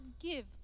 give